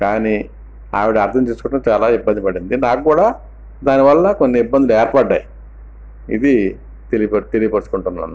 కానీ ఆవిడ అర్ధం చేసుకోవడంలో చాలా ఇబ్బంది పడింది నాకు కూడా దానివల్ల కొన్ని ఇబ్బందులు ఏర్పడ్డాయి ఇది తెలియ తెలియపరచుకుంటున్నాను